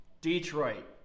Detroit